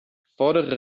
vordere